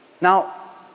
Now